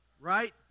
Right